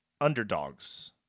underdogs